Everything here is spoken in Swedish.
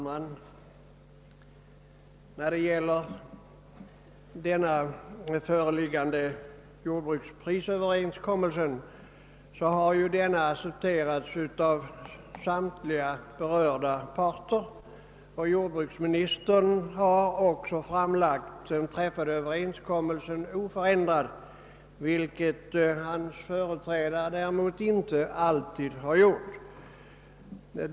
Herr talman! Den föreliggande jordbruksprisöverenskommelsen har accepterats av samtliga berörda parter. Jordbruksministern har också framlagt den träffade överenskommelsen oförändrad, vilket hans företrädare däremot inte alltid har gjort.